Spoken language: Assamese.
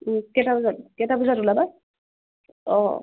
কেইটাবজাত কেইটাবজাত ওলাবা অঁ